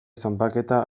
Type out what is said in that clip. zanpaketa